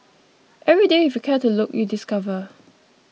every day if you care to look you discover